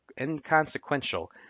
inconsequential